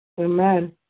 Amen